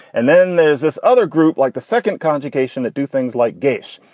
and then there's this other group, like the second conjugation that do things like gaist.